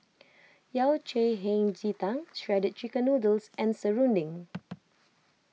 Yao Cai Hei Ji Tang Shredded Chicken Noodles and Serunding